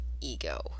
ego